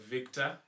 Victor